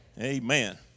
Amen